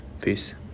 peace